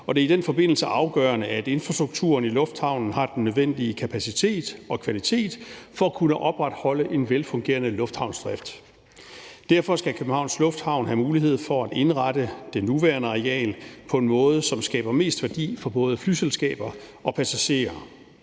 det er i den forbindelse afgørende, at infrastrukturen i lufthavnen har den nødvendige kapacitet og kvalitet for at kunne opretholde en velfungerende lufthavnsdrift. Derfor skal Københavns Lufthavn have mulighed for at indrette det nuværende areal på en måde, som skaber mest værdi for både flyselskaber og passagerer,